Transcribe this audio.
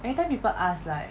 every time people ask like